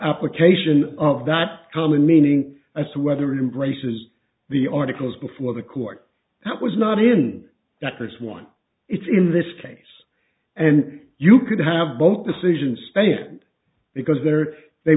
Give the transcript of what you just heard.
application of that common meaning as to whether or embraces the articles before the court that was not in that first one is in this case and you could have both decision stand because there are they